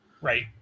Right